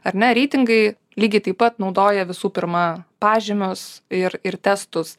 ar ne reitingai lygiai taip pat naudoja visų pirma pažymius ir ir testus